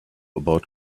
about